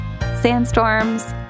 Sandstorms